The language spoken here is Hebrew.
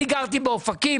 אני גרתי באופקים,